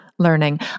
Learning